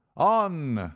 on,